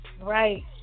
Right